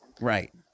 Right